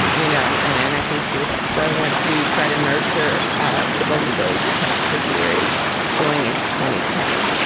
you know and and i can see that. i so went to try to nurture ah both of those parts of her spirit going into twenty twenty.